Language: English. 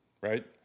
right